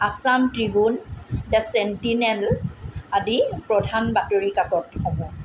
Assam Tribune the Sentinel আদি প্ৰধান বাতৰিকাকতসমূহ